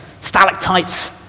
Stalactites